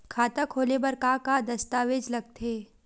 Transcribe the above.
खाता खोले बर का का दस्तावेज लगथे?